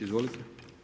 Izvolite.